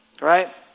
right